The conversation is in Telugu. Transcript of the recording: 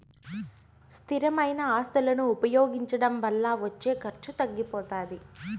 స్థిరమైన ఆస్తులను ఉపయోగించడం వల్ల వచ్చే ఖర్చు తగ్గిపోతాది